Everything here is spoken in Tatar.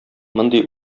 мондый